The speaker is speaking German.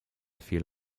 fehl